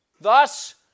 Thus